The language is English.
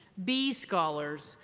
b scholars,